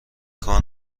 کار